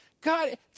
God